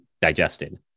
digested